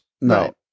No